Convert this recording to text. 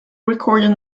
recorded